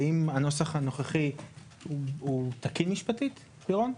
האם הנוסח הנוכחי הוא תקין משפטית, לירון?